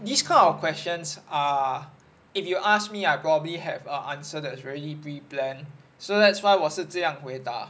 these kind of questions ah if you ask me I probably have a answer that's very pre~ plan so that's why 我是这样回答